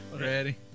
ready